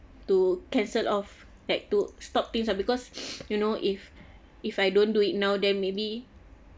to cancel off like to stop things lah because you know if if I don't do it now then maybe